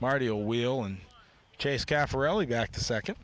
marty a wheel and chase caffarelli back to second